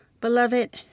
Beloved